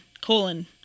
colon